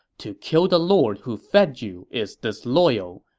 to kill the lord who fed you is disloyal,